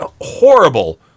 horrible